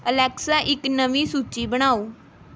Alexa ਇੱਕ ਨਵੀਂ ਸੂਚੀ ਬਣਾਓ